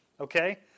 Okay